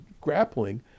grappling